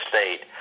State